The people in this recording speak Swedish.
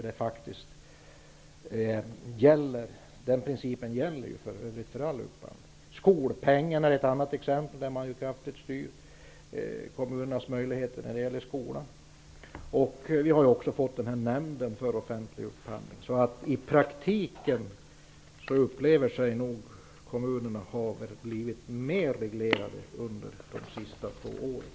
Den principen gäller för övrigt för all upphandling. Skolpengen är ett annat exempel där man kraftigt styr kommunernas möjligheter på skolans område. Vi har också fått en nämnd för offentlig upphandling. I praktiken upplever sig nog kommunerna ha blivit mer reglerade under de senaste två åren.